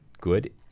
good